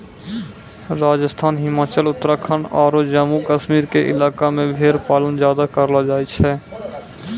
राजस्थान, हिमाचल, उत्तराखंड आरो जम्मू कश्मीर के इलाका मॅ भेड़ पालन ज्यादा करलो जाय छै